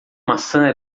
maçã